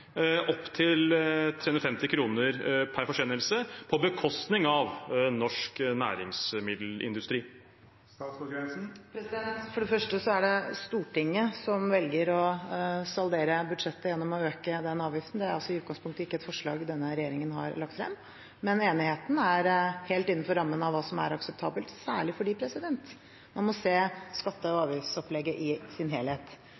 opp til 350 kr per forsendelse, på bekostning av norsk næringsmiddelindustri? For det første er det Stortinget som velger å saldere budsjettet gjennom å øke den avgiften. Det er altså i utgangspunktet ikke et forslag denne regjeringen har lagt frem. Men enigheten er helt innenfor rammene av hva som er akseptabelt, særlig fordi man må se skatte- og avgiftsopplegget i sin helhet.